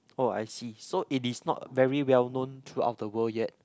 oh I see so it is not very well known throughout the world yet